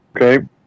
Okay